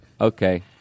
Okay